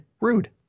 Rude